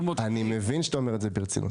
אני מבין שאתה אומר את זה ברצינות.